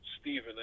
Stephen